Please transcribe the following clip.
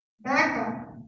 backup